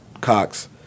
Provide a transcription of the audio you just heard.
Cox